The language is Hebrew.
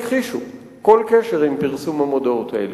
הכחישו כל קשר עם פרסום המודעות האלה.